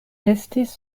estis